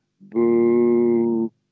boo